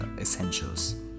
essentials